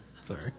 Sorry